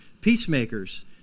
Peacemakers